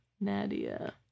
Nadia